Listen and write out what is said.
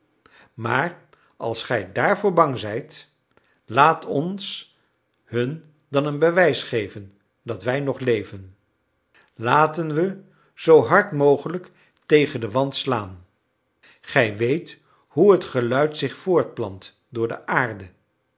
maar als gij daarvoor bang zijt laat ons hun dan een bewijs geven dat we nog leven laten we zoo hard mogelijk tegen den wand slaan gij weet hoe het geluid zich voortplant door de aarde